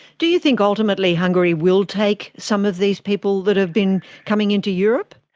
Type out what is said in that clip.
do you think ultimately hungary will take some of these people that have been coming into europe?